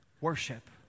Worship